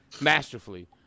masterfully